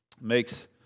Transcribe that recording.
makes